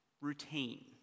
routine